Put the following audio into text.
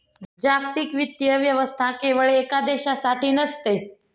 जागतिक वित्तीय व्यवस्था केवळ एका देशासाठी नसते